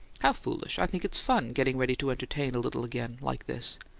how foolish! i think it's fun, getting ready to entertain a little again, like this.